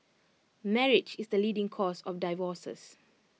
marriage is the leading cause of divorces